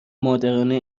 مادرانه